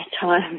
time